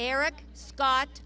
eric scott